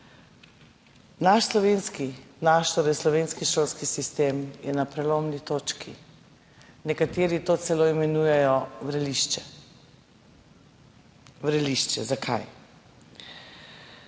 slovenski šolski sistem je na prelomni točki. Nekateri to celo imenujejo vrelišče. Vrelišče, zakaj?